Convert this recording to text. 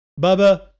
Bubba